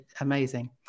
amazing